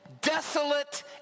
desolate